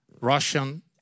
Russian